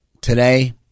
Today